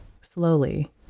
Slowly